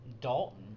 Dalton